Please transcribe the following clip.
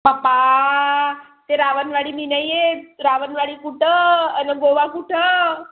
बाबा ते रावणवाडी मी नाही येत रावणवाडी कुठं आणि गोवा कुठं